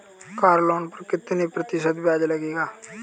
Car loan पर कितने प्रतिशत ब्याज लगेगा?